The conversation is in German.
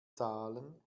zahlen